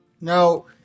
Now